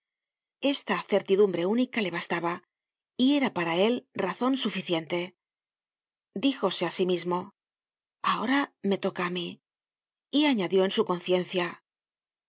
esta certidumbre única le bastaba y era para él razon suficiente díjose á sí mismo ahora me toca á mí y añadió en su conciencia